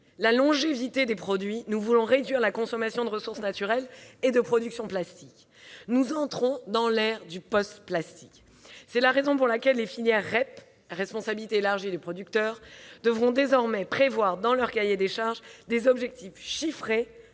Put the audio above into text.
la longévité des produits, nous voulons réduire la consommation de ressources naturelles et la production de plastique. Nous entrons dans l'ère du post-plastique. C'est la raison pour laquelle les filières REP, pour « responsabilité élargie des producteurs », devront désormais prévoir, dans leur cahier des charges, des objectifs chiffrés